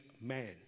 man